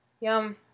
Yum